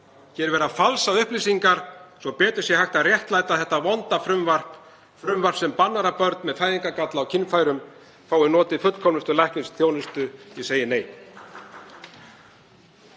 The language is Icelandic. verið að falsa upplýsingar svo betur sé hægt að réttlæta þetta vonda frumvarp sem bannar að börn með fæðingargalla á kynfærum fái notið fullkomnustu læknisþjónustu. Ég segi nei.